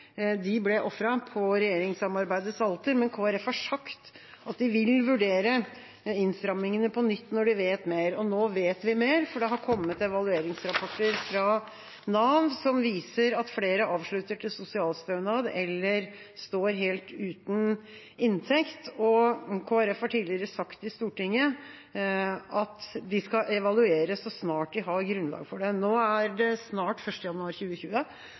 Det ble ofret på regjeringssamarbeidets alter. Men Kristelig Folkeparti har sagt at de vil vurdere innstrammingene på nytt når de vet mer. Og nå vet vi mer, for det har kommet evalueringsrapporter fra Nav som viser at flere avslutter og går over til sosialstønad eller står helt uten inntekt. Kristelig Folkeparti har tidligere sagt i Stortinget at de skal evaluere så snart de har grunnlag for det. Nå er det snart 1. januar 2020.